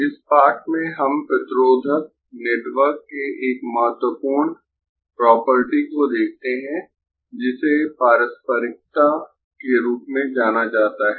इस पाठ में हम प्रतिरोधक नेटवर्क के एक महत्वपूर्ण प्रॉपर्टी को देखते है जिसे पारस्परिकता के रूप में जाना जाता है